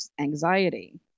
anxiety